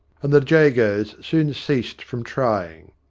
and the jagos soon ceased from trying.